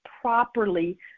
properly